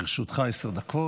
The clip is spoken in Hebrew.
בבקשה, לרשותך עשר דקות.